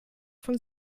von